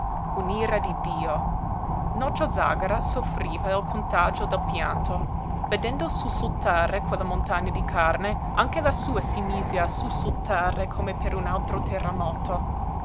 strilli un'ira di dio nocio zàgara soffriva il contagio del pianto vedendo sussultare quella montagna di carne anche la sua si mise a sussultare come per un altro terremoto ma